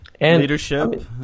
Leadership